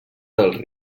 dels